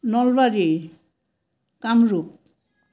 Nalbari Kamrup